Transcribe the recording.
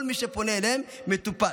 כל מי שפונה אליהם מטופל.